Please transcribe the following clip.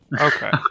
Okay